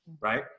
right